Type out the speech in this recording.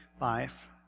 life